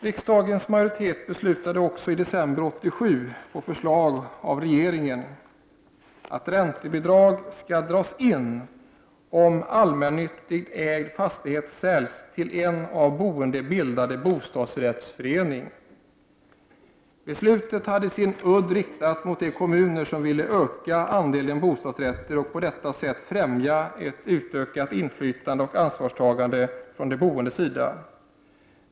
Riksdagens majoritet beslutade i december 1987 på förslag av regeringen att räntebidrag skall dras in om en allmännyttigt ägd fastighet säljs till en av de boende bildad bostadsrättsförening. Beslutet hade sin udd riktad mot de kommuner som vill öka andelen bostadsrätter och på detta sätt främja ett utökat inflytande och ansvarstagande från de boendes sida.